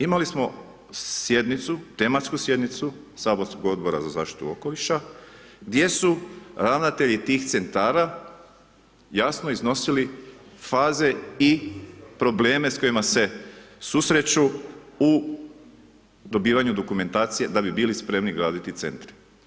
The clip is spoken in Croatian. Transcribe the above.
Imali smo sjednicu, tematsku sjednicu saborskog Odbora za zaštitu okoliša, gdje su ravnatelji tih centara jasno iznosili faze i probleme s kojima se susreću u dobivanju dokumentacije da bi bili graditi centre.